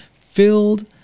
filled